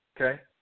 okay